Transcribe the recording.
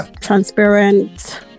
transparent